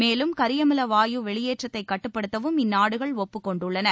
மேலும் கரியமில வாயு வெளியேற்றத்தை கட்டுப்படுத்தவும் இந்நாடுகள் ஒப்புக் கொண்டுள்ளன